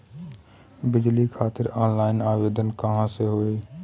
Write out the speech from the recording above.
बिजली खातिर ऑनलाइन आवेदन कहवा से होयी?